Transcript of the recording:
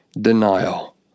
Denial